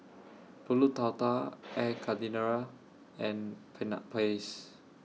Pulut Tatal Air Karthira and Peanut Paste